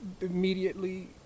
immediately